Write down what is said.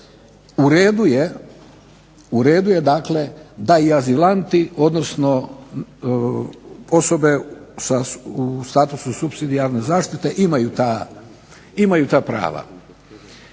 U redu je dakle da i azilanti, odnosno osobe u statusu supsidijarne zaštite imaju ta prava.